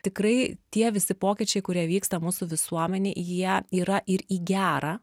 tikrai tie visi pokyčiai kurie vyksta mūsų visuomenėj jie yra ir į gerą